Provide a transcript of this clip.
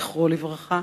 זכרו לברכה.